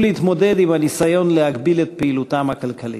להתמודד עם הניסיון להגביל את פעילותן הכלכלית.